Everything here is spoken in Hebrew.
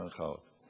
את